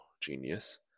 genius